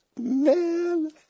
man